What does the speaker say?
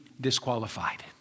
disqualified